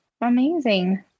Amazing